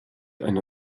eine